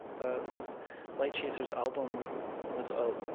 the light chasers album was a